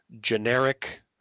generic